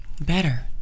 Better